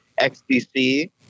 XDC